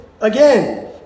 again